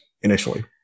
initially